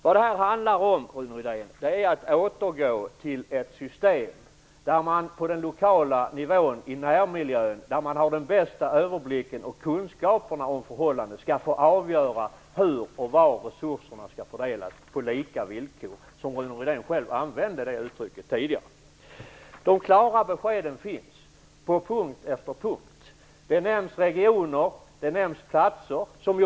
Vad det handlar om, Rune Rydén, är att återgå till ett system där man på den lokala nivån, i närmiljön där man har den bästa överblicken och kunskaperna om förhållandena, skall avgöra hur och var resurserna skall fördelas på lika villkor - det uttrycket använde De klara beskeden finns på punkt efter punkt. Det nämns regioner, platser.